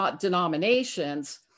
denominations